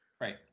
right